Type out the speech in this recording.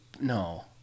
no